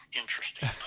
interesting